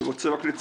אני רק רוצה לציין